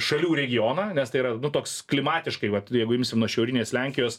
šalių regioną nes tai yra nu toks klimatiškai vat jeigu imsim nuo šiaurinės lenkijos